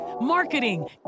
marketing